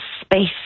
space